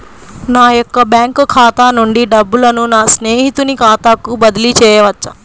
నా యొక్క బ్యాంకు ఖాతా నుండి డబ్బులను నా స్నేహితుని ఖాతాకు బదిలీ చేయవచ్చా?